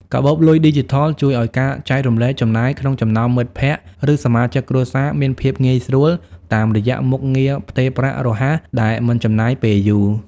កាបូបលុយឌីជីថលជួយឱ្យការចែករំលែកចំណាយក្នុងចំណោមមិត្តភក្តិ ឬសមាជិកគ្រួសារមានភាពងាយស្រួល តាមរយៈមុខងារផ្ទេរប្រាក់រហ័សដែលមិនចំណាយពេលយូរ។